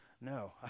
No